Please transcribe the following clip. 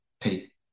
take